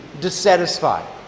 dissatisfied